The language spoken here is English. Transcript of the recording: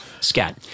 Scat